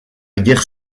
guerre